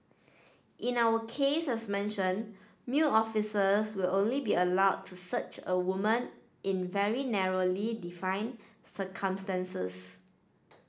in our case as mentioned male officers will only be allowed to search a woman in very narrowly defined circumstances